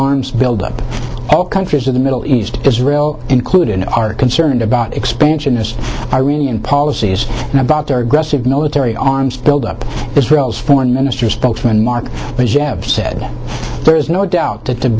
arms buildup all countries in the middle east israel included are concerned about expansionist iranian policies and about their aggressive military arms buildup israel's foreign ministry spokesman mark regev said there is no doubt that the